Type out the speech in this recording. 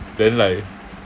then like